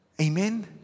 Amen